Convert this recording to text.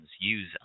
use